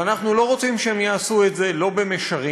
ואנחנו לא רוצים שהם יעשו את זה לא במישרין,